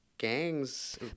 gangs